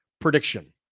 prediction